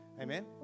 Amen